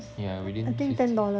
yeah within fift~